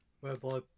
whereby